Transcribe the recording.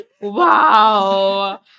Wow